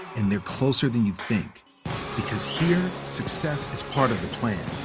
and they're closer than you think because here, success is part of the plan.